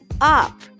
up